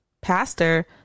pastor